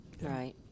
Right